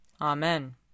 Amen